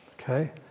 Okay